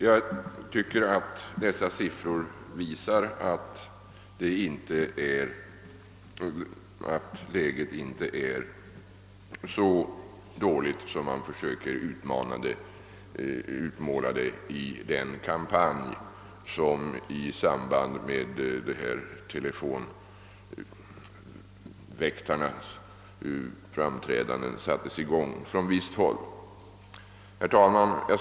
Jag anser att dessa siffror visar att läget inte är så dåligt som man försökt utmåla det i den kampanj som från visst håll igångsatts i samband med programmet med telefonväktarna.